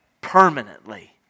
permanently